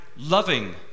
Loving